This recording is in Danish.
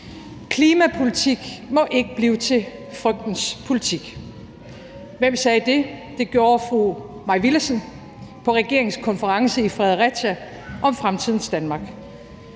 »Klimapolitik må ikke blive til frygtens politik«. Hvem sagde det? Det gjorde fru Mai Villadsen på regeringens konference i Fredericia om fremtidens Danmark.